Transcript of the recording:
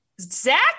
Zach